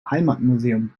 heimatmuseum